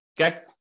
Okay